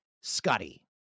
Scotty